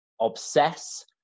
obsess